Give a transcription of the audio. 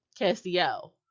Castiel